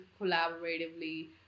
collaboratively